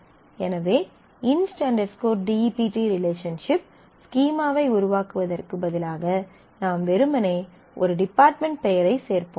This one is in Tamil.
எனவே inst dept inst dept relationship ஸ்கீமாவை உருவாக்குவதற்கு பதிலாக நாம் வெறுமனே ஒரு டிபார்ட்மென்ட் பெயரைச் சேர்ப்போம்